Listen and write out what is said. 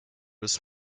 was